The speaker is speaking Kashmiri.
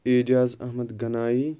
اعجاز احمد گَنایی